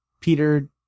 Peter